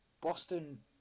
Boston